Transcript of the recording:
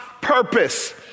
purpose